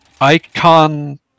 icon